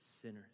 sinners